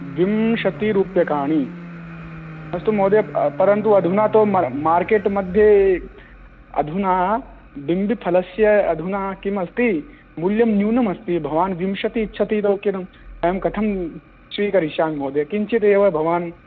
विंशतिरूप्यकाणि अस्तु महोदय परन्तु अधुना तु मार्केट मध्ये अधुना बिम्बिफलस्य अधुना किम् अस्ति मूल्यं न्यूनम् अस्ति भवान् विंशति इच्छति अहं कथं स्वीकरिष्यामि महोदय किञ्चित् एव भवान्